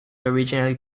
originally